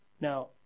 Now